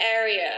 area